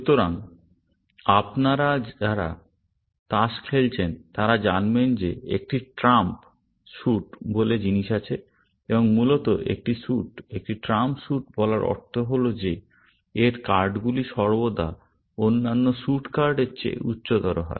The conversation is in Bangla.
সুতরাং আপনারা যারা তাস খেলেছেন তারা জানবেন যে একটি ট্রাম্প স্যুট বলে জিনিস আছে এবং মূলত একটি স্যুট একটি ট্রাম্প স্যুট বলার অর্থ হল যে এর কার্ডগুলি সর্বদা অন্যান্য স্যুট কার্ডের চেয়ে উচ্চতর হয়